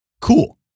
Cool